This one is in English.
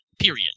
period